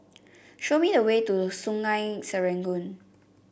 show me the way to the Sungei Serangoon